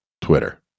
Twitter